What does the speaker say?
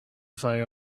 fire